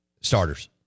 starters